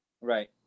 Right